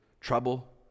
trouble